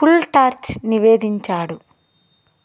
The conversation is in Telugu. full torch నివేదించాడు